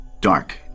Dark